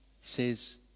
says